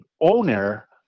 owner